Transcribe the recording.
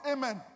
Amen